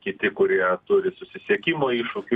kiti kurie turi susisiekimo iššūkių